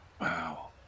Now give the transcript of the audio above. Wow